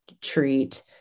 treat